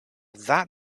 that